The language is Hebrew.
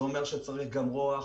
זה אומר שצריך גם רוח,